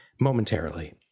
momentarily